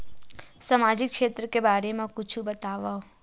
सामजिक क्षेत्र के बारे मा कुछु बतावव?